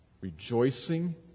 rejoicing